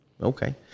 Okay